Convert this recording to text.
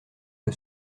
que